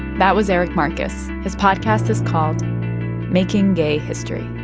that was eric marcus. his podcast is called making gay history.